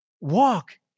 Walk